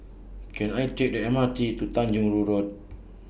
Can I Take The M R T to Tanyong Rhu Road